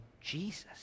Jesus